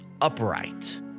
upright